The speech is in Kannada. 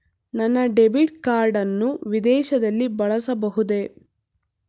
ನನ್ನ ಡೆಬಿಟ್ ಕಾರ್ಡ್ ಅನ್ನು ವಿದೇಶದಲ್ಲಿ ಬಳಸಬಹುದೇ?